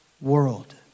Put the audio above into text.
world